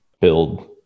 build